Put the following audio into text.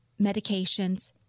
medications